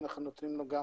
אנחנו נותנים לו גם